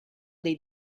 dei